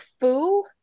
Fu